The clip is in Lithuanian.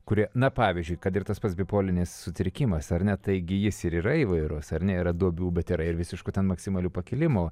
kurie na pavyzdžiui kad ir tas pats bipolinis sutrikimas ar ne taigi jis ir yra įvairus ar ne yra duobių bet yra ir visiškų ten maksimalių pakilimų